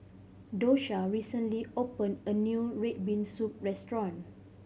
Dosha recently opened a new red bean soup restaurant